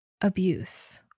abuse